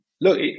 look